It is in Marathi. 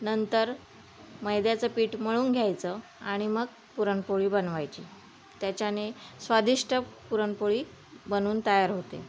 नंतर मैद्याचं पीठ मळून घ्यायचं आणि मग पुरणपोळी बनवायची त्याच्याने स्वादिष्ट पुरणपोळी बनून तयार होते